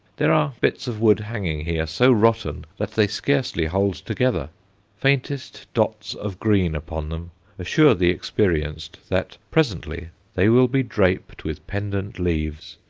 there are bits of wood hanging here so rotten that they scarcely hold together faintest dots of green upon them assure the experienced that presently they will be draped with pendant leaves,